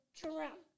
drum